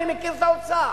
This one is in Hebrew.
אני מכיר את האוצר.